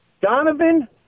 Donovan